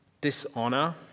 dishonor